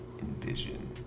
envision